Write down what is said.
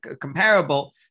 comparable